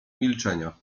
milczenia